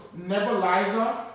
nebulizer